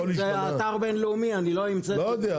זה אתר בין-לאומי, אני לא המצאתי.